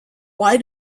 why